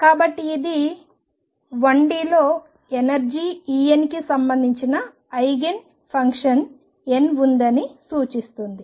కాబట్టి ఇది 1d లో ఎనర్జీ Enకి సంబంధించిన ఐగెన్ ఫంక్షన్ n ఉందని సూచిస్తుంది